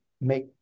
make